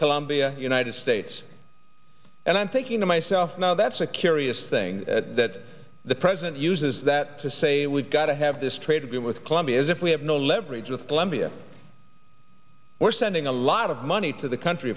colombia united states and i'm thinking to myself now that's a curious thing that the president uses that to say we've got to have this trade deal with colombia is if we have no leverage with colombia we're sending a lot of money to the country